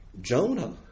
Jonah